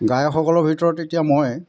গায়কসকলৰ ভিতৰত এতিয়া মই